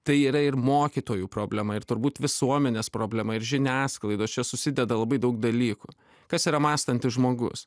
tai yra ir mokytojų problema ir turbūt visuomenės problema ir žiniasklaidos čia susideda labai daug dalykų kas yra mąstantis žmogus